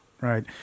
right